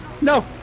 No